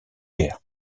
guerres